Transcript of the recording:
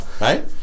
Right